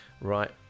right